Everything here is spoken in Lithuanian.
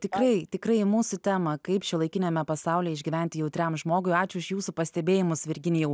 tikrai tikrai į mūsų temą kaip šiuolaikiniame pasaulyje išgyventi jautriam žmogui ačiū už jūsų pastebėjimus virginijau